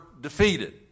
defeated